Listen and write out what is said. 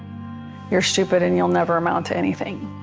your ship it and you'll never amount to anything.